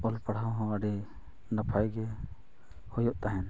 ᱚᱞᱼᱯᱟᱲᱦᱟᱣ ᱦᱚᱸ ᱟᱹᱰᱤ ᱱᱟᱯᱟᱭ ᱜᱮ ᱦᱩᱭᱩᱜ ᱛᱟᱦᱮᱱ